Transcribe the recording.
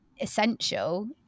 essential